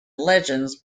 legends